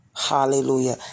hallelujah